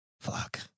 fuck